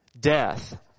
death